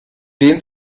dehnt